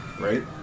right